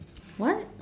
what